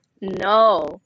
No